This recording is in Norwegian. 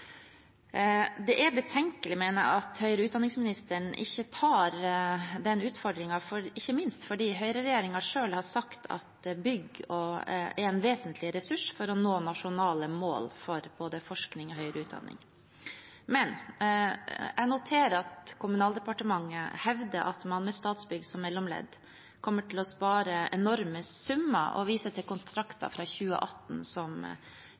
Det er betenkelig, mener jeg, at høyere utdanningsministeren ikke tar den utfordringen, ikke minst fordi høyreregjeringen selv har sagt at bygg er en vesentlig ressurs for å nå nasjonale mål for både forskning og høyere utdanning. Jeg noterer meg at Kommunaldepartementet hevder at man med Statsbygg som mellomledd kommer til å spare enorme summer, og viser til kontrakter fra 2018, som